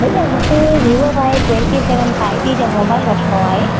भैया मूंखे Vivo Y twenty seven five G जो मोबाइल वठिणो आहे